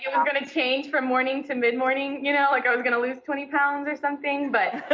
it was going to change from morning to mid-morning, you know? like i was going to lose twenty pounds or something but